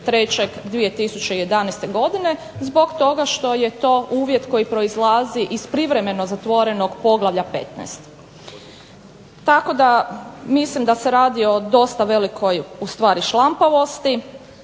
3.3.2011. godine, zbog toga što je to uvjet koji proizlazi iz privremenog zatvorenog poglavlja 15. tako da mislim da se radi o dosta velikoj šlampavosti